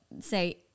say